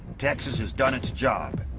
texas has done its job.